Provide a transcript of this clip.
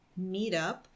meetup